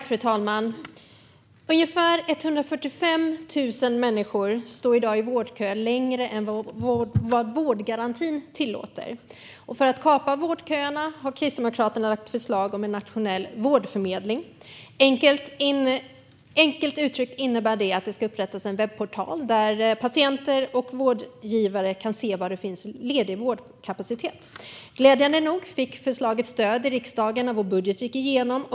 Fru talman! Ungefär 145 000 människor står i dag i vårdkö längre än vad vårdgarantin tillåter. För att kapa vårdköerna har Kristdemokraterna lagt fram ett förslag om en nationell vårdförmedling. Enkelt uttryckt innebär det att det ska upprättas en webbportal där patienter och vårdgivare kan se var det finns ledig vårdkapacitet. Glädjande nog fick förslaget stöd i riksdagen när vår budget gick igenom.